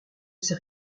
sais